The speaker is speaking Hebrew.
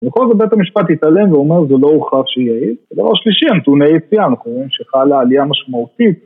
ובכל זאת בית המשפט התעלם ואומר שזה לא הוכח שיעיל, ודבר שלישי, הנתוני יציאה, אנחנו רואים שחלה עלייה משמעותית.